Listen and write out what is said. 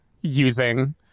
using